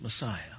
Messiah